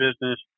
business